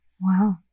Wow